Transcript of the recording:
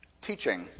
teaching